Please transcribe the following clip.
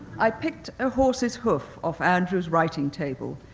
i picked a horse's hoof off andrew's writing table,